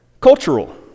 cultural